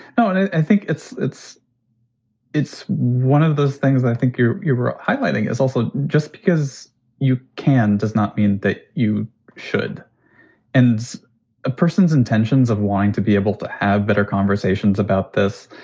i think it's it's it's one of those things i think you're you're highlighting is also just because you can does not mean that you should and a person's intentions of wanting to be able to have better conversations about this.